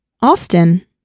Austin